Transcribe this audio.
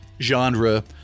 genre